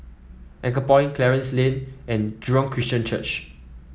Anchorpoint Clarence Lane and Jurong Christian Church